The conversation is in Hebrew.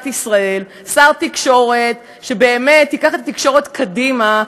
ישראל שר תקשורת שייקח את התקשורת קדימה,